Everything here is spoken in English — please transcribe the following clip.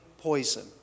poison